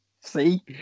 See